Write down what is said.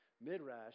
midrash